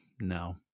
no